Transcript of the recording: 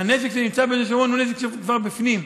הוא כבר בפנים.